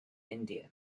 india